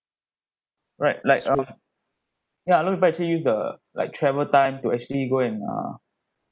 right like um ya a lot people actually use the like travel time to actually go and uh